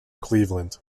cleveland